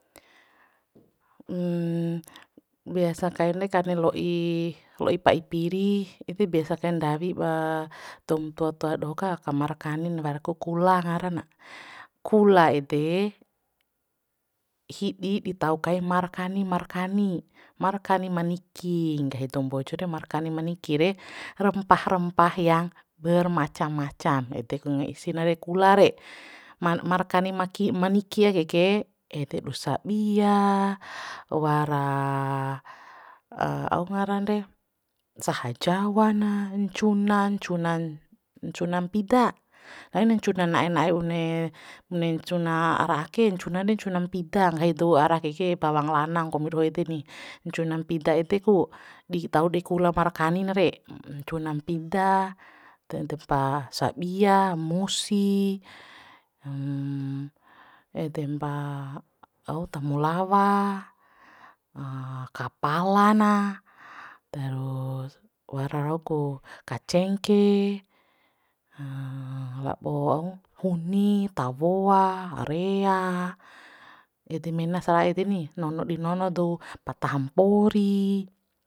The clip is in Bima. biasa kain re kani lo'i lo'i pa'i piri ede biasa kain ndawi ba doum tua tua doho ka ka mara kanin wara ku kula ngara na kula ede hibi di tau kai markani markani, markani maniki nggahi dou mbojo re markani maniki re rempah rempah yang bermacam macam ede ku ngisi na re kula re man markani makin maniki ake ke ede du sabia wara au ngaran re saha jawa na ncuna ncunan ncuna mpida aini ncuna na'e na'e bune bune ncuna ara ake ncunan re ncuna mpida nggahi dou ara ake ke bawang lanang kombi doho ede ni ncuna mpida ede ku di tau dei kula marakanina re ncuna mpida ta ede mpa sabia musi edempa au temulawa kapala na terus wara rau ku kacengke labo au huni, tawoa, rea, ede mena saraa ede ni nono di nono dou pataham mpori